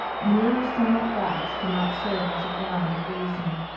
mere external facts cannot serve as a ground of reasoning.